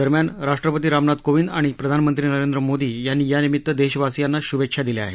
दरम्यान राष्ट्रपती रामनाथ कोविंद आणि प्रधानमंत्री नरेंद्र मोदी यांनी यानिमित्त देशवासियांना शुभेच्छा दिल्या आहेत